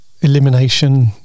elimination